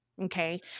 okay